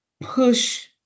push